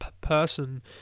person